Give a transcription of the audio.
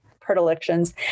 predilections